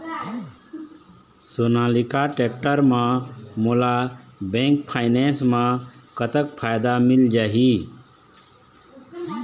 Sonalika tractor म मोला bank finance म कतक फायदा मिल जाही?